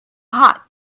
hot